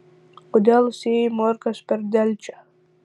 kodėl sėjai morkas per delčią